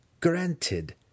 Granted